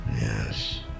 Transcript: yes